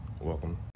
Welcome